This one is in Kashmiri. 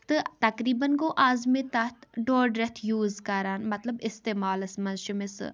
تہٕ تقریٖبن گوٚو آز مےٚ تتھ دۄڈ رٮ۪تھ یوٗز کران مطلب استعمالس منٛز چھُ مےٚ سُہ